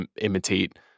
imitate